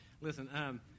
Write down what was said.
Listen